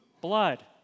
blood